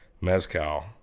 Mezcal